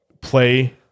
Play